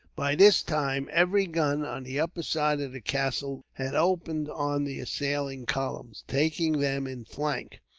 by this time, every gun on the upper side of the castle had opened on the assailing columns, taking them in flank,